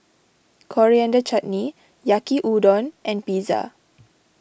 Coriander Chutney Yaki Udon and Pizza